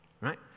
right